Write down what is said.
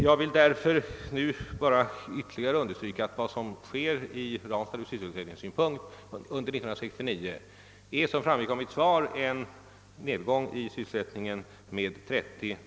Nu vill jag bara ytterligare undeéerstryka att vad som sker vid Ranstad i fråga om sysselsättningen är att en nedgång i arbetsstyrkan med 30 man kan förutses under 1969.